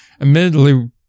admittedly